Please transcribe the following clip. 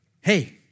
hey